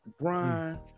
Brian